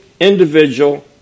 individual